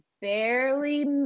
barely